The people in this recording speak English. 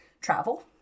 travel